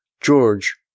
George